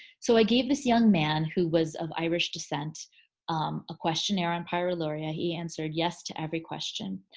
so i gave this young man who was of irish descent a questionnaire on pyroluria. he answered yes to every question.